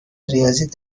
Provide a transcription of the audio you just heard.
ریاضی